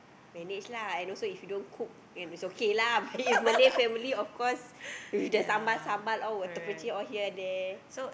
manage lah and also if you don't cook then it's okay lah but in Malay family of course with the sambal sambal all will terpercik here and there